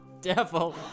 devil